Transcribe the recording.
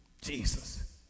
Jesus